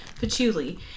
patchouli